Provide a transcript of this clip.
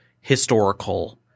historical –